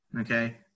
Okay